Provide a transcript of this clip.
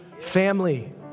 family